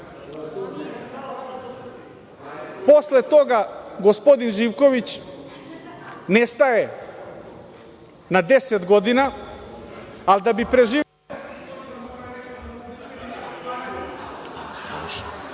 Posle toga, gospodin Živković nestaje na deset godina, ali da bi preživeo